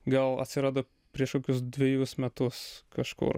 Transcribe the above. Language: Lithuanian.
gal atsirado prieš kokius dvejus metus kažkur